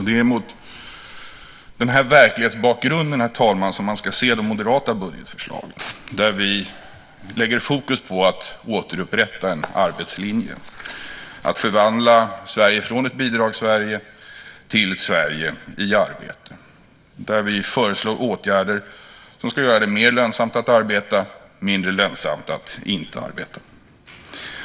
Det är mot den verklighetsbakgrunden som man ska se de moderata budgetförslagen. Vi lägger fokus på att återupprätta en arbetslinje och att förvandla Sverige från ett Bidrags-Sverige till ett Sverige i arbete. Vi föreslår åtgärder som ska göra det mer lönsamt att arbeta och mindre lönsamt att inte arbeta.